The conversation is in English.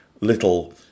little